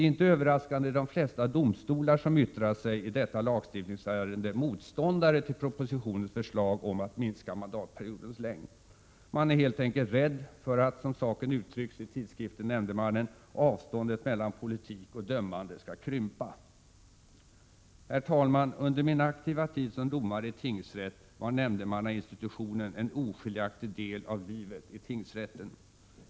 Inte överraskande är de flesta domstolar som yttrat sig i detta lagstiftningsärende motståndare till propositionens förslag om att minska mandatperiodens längd. Man är helt enkelt rädd för att — såsom saken uttrycks i tidskriften Nämndemannen — avståndet mellan politik och dömande skall krympa. Herr talman! Under min aktiva tid som domare i tingsrätt var nämndemannainstitutionen en oskiljaktig del av livet i tingsrätten.